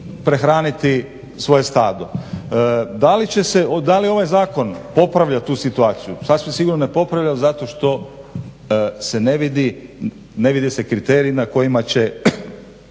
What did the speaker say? prehraniti svoje stado. Da li je ovaj zakon popravlja tu situaciju? Sasvim sigurno ne popravlja zato što se ne vidi kriterij na kojima će